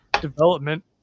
development